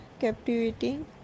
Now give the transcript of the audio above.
captivating